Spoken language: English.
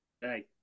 Hey